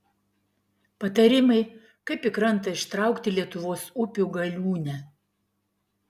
patarimai kaip į krantą ištraukti lietuvos upių galiūnę